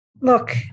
Look